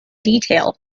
detail